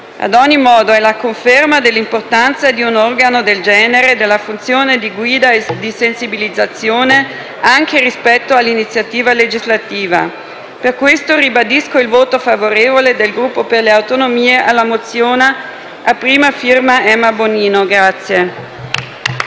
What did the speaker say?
Ad ogni modo, questa è la conferma dell'importanza di un organo del genere e della funzione di guida e di sensibilizzazione, anche rispetto all'iniziativa legislativa. Per questo motivo ribadisco il voto favorevole del Gruppo Per le Autonomie alla mozione a prima firma Emma Bonino.